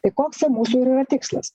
tai koks mūsų ir yra tikslas